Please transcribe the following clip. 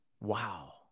Wow